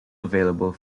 available